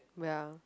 ya